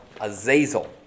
Azazel